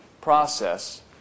process